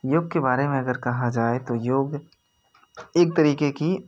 योग के बारे में अगर कहा जाए तो योग एक तरीके की